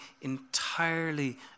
entirely